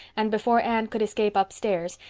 and before anne could escape upstairs,